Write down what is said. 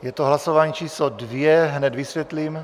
Je to hlasování číslo 2 hned vysvětlím.